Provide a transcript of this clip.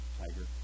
tiger